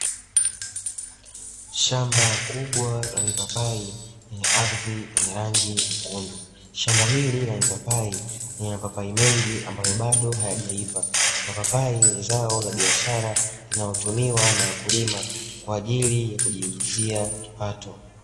Shamba kubwa la mipapai lenye ardhi yenye rangi nyekundu. Shamba hili la mipapai lina mapapai mengi ambayo bado hayajaiva. Mapapai ni zao la biashara linalotumiwa na wakulima kwa ajili ya kujiingizia kipato.